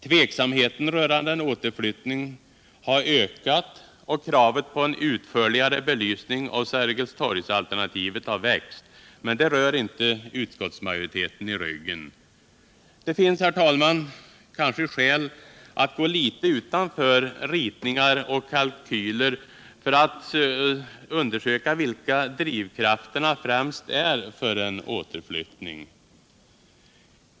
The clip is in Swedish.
Tveksamheten rörande en återflyttning har ökat, och kravet på en utförligare belysning av Sergelstorgsalternativet har växt. Men det rör inte utskottsmajoriteten i ryggen! Det finns kanske skäl att gå litet utanför ritningar och kalkyler för att undersöka vilka drivkrafterna främst är för en återflyttning.